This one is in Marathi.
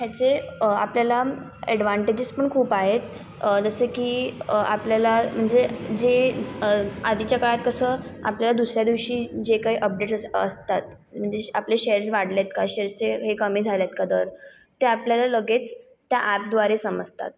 ह्याचे आपल्याला अड्वान्टेजेस पण खूप आहेत जसं की आपल्याला म्हणजे जे आधीच्या काळात कसं आपल्याला दुसऱ्या दिवशी जे काही अपडेट्स अस् असतात म्हणजे आपले शेअर्स वाढले आहेत का शेअर्सचे हे कमी झाले आहेत का दर ते आपल्याला लगेच त्या ॲपद्वारे समजतात